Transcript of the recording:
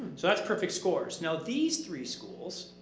so that's perfect scores. now these three schools,